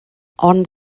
ond